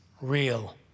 real